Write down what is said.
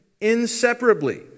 inseparably